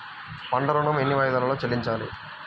పంట ఋణం ఎన్ని వాయిదాలలో చెల్లించాలి?